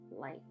light